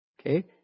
Okay